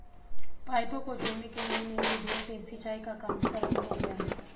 पाइपों को जोड़ने की नयी नयी विधियों से सिंचाई का काम सरल हो गया है